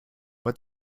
what